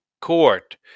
court